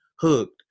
hooked